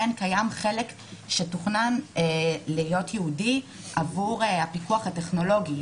קיים חלק שתוכנן להיות ייעודי עבור הפיקוח הטכנולוגי.